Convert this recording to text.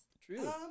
True